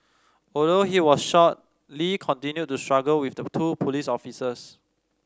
although he was shot Lee continued to struggle with the two police officers